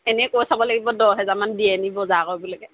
এনেই কৈ চাব লাগিব দহ হেজাৰমান দিয়েনি বজাৰ কৰিবলৈকে